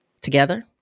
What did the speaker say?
Together